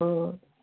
ହଁ